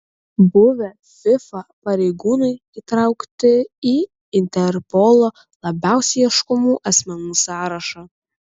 buvę fifa pareigūnai įtraukti į interpolo labiausiai ieškomų asmenų sąrašą